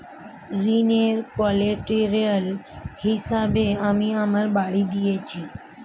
ঋনের কোল্যাটেরাল হিসেবে আমি আমার বাড়ি দিয়েছি